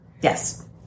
Yes